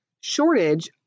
shortage